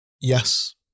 Yes